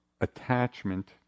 attachment